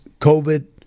COVID